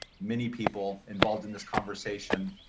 many people involved in this conversation.